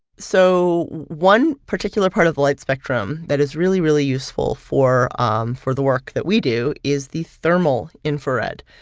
so one particular part of the light spectrum that is really, really useful for um for the work that we do is the thermal infrared.